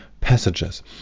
passages